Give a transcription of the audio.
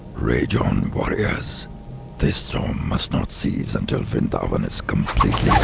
rage on, warriors! this storm must not cease until vrindavan is completely